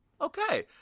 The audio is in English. okay